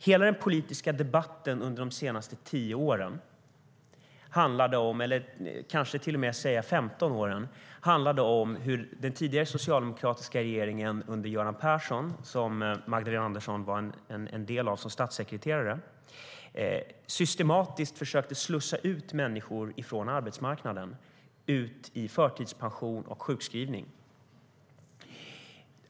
Hela den politiska debatten under de senaste 10 eller kanske till och med 15 åren har handlat om hur den tidigare socialdemokratiska regeringen under Göran Persson, som Magdalena Andersson var en del av som statssekreterare, systematiskt försökte slussa ut människor från arbetsmarknaden in i förtidspension och sjukskrivning.